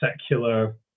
secular